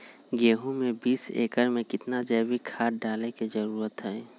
गेंहू में बीस एकर में कितना जैविक खाद डाले के जरूरत है?